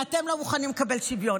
כי אתם לא מוכנים לקבל שוויון.